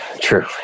true